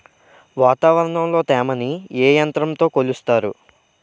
వాతావరణంలో తేమని ఏ యంత్రంతో కొలుస్తారు?